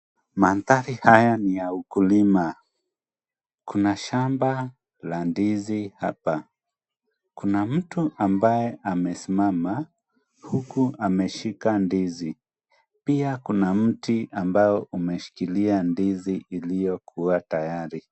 Mandhari haya ni ya ukulima, kuna shamba la ndizi hapa. Kuna mtu ambaye amesimama huku ameshika ndizi. Pia kuna mti ambao umeshikilia ndizi iliyokuwa tayari.